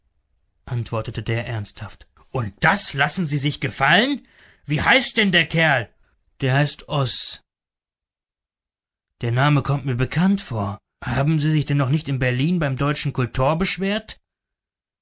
antwortete der ernsthaft und das lassen sie sich gefallen wie heißt denn der kerl der heißt oß der name kommt mir bekannt vor haben sie sich denn noch nicht in berlin beim deutschen kultor beschwert